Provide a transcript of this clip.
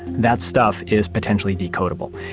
that stuff is potentially decodable.